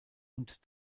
und